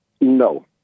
No